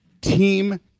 team